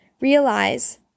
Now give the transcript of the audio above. Realize